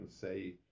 say